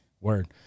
Word